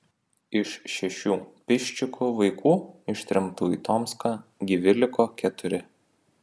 iš šešių piščikų vaikų ištremtų į tomską gyvi liko keturi